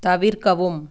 தவிர்க்கவும்